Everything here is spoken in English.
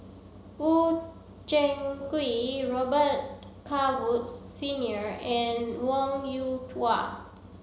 Woo Zheng Quee Robet Carr Woods Senior and Wong Yoon Wah